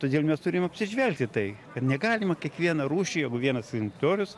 todėl mes turim atsižvelgti tai kad negalima kiekvieną rūšį jeigu vienas egzempliorius